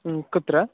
कुत्र